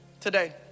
today